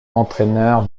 entraîneur